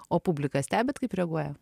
o publiką stebit kaip reaguoja